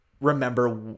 remember